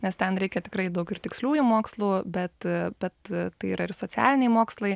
nes ten reikia tikrai daug ir tiksliųjų mokslų bet bet tai yra ir socialiniai mokslai